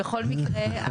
בכל מקרה,